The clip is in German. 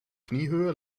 kniehöhe